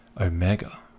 Omega